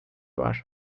var